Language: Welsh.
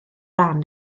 ran